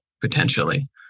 potentially